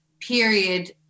period